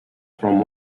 from